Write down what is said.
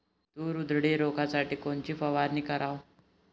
तूर उधळी रोखासाठी कोनची फवारनी कराव?